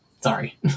Sorry